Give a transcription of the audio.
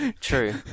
true